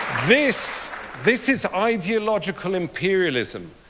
this this is ideological imperialism,